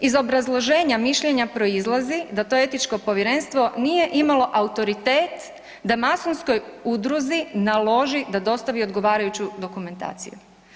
Iz obrazloženja mišljenja proizlazi da to etičko povjerenstvo nije imalo autoritet da masonskoj udruzi naloži da dostavi odgovarajuću dokumentaciju.